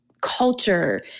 culture